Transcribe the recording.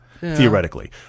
theoretically